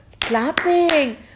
clapping